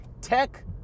tech